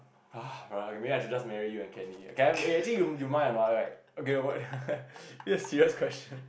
maybe I should just marry you and Kenny okay eh actually you mind or not like okay this is a serious question